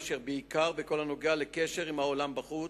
בעיקר בכל הנוגע לקשר עם העולם בחוץ,